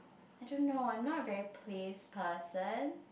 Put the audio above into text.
I don't know I'm not a very place person